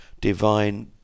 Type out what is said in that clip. divine